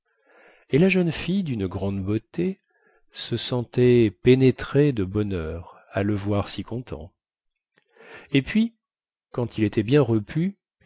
et la jeune fille dune grande beauté se sentait pénétrée de bonheur à le voir si content et puis quand il était bien repu